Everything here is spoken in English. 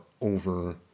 over